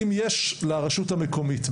אם יש לרשות המקומית.